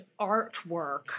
artwork